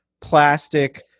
plastic